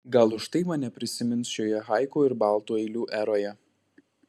gal už tai mane prisimins šioje haiku ir baltų eilių eroje